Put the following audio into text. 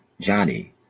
Johnny